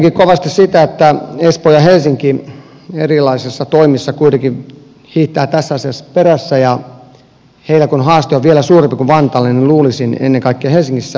ihmettelenkin kovasti sitä että espoo ja helsinki erilaisissa toimissa kuitenkin hiihtävät tässä asiassa perässä ja kun heillä haaste on vielä suurempi kuin vantaalla niin luulisin ennen kaikkea helsingissä löytyvän tähän ratkaisuja